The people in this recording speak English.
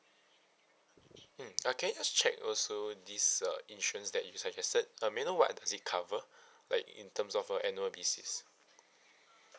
mm okay let's check also this uh insurance that you suggested uh may I know what does it cover like in terms of uh annual basis